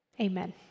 Amen